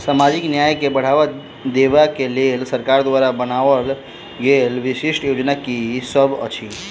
सामाजिक न्याय केँ बढ़ाबा देबा केँ लेल सरकार द्वारा बनावल गेल विशिष्ट योजना की सब अछि?